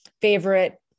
favorite